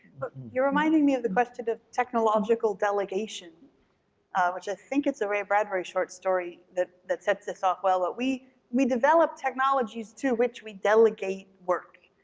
you're reminding me of the question of technological delegation which i think is a ray bradbury short story that that sets this up well but we develop technologies to which we delegate work.